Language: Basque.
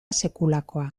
sekulakoa